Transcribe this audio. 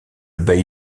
bailli